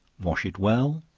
wash it well,